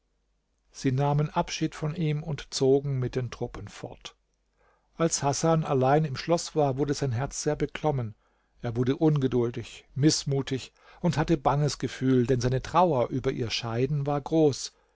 sie nahmen abschied von ihm und zogen mit den truppen fort als hasan allein im schloß war wurde sein herz sehr beklommen er wurde ungeduldig mißmutig und hatte banges gefühl denn seine trauer über ihr scheiden war groß